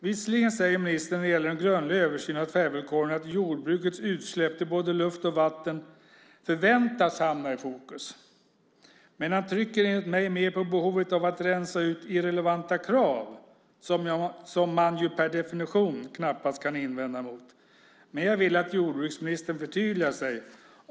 Visserligen säger ministern när det gäller den grundliga översynen av tvärvillkoren att jordbrukets utsläpp till både luft och vatten förväntas hamna i fokus, men han trycker enligt mig mer på behovet av att rensa ut irrelevanta krav. Och det kan man ju per definition knappast invända emot. Men jag vill att jordbruksministern förtydligar sig.